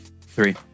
Three